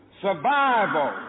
Survival